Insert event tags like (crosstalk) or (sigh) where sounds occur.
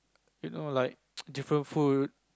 you know like (noise) different food